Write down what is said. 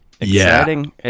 exciting